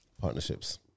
Partnerships